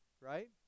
right